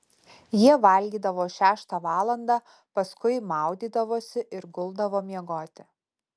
jie valgydavo šeštą valandą paskui maudydavosi ir guldavo miegoti